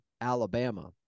Alabama